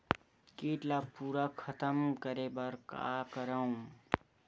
कीट ला पूरा खतम करे बर का करवं?